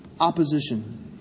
opposition